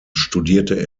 studierte